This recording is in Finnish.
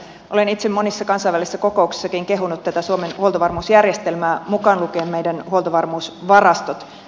olen itse monissa kansainvälisissä kokouksissakin kehunut tätä suomen huoltovarmuusjärjestelmää mukaan lukien meidän huoltovarmuusvarastot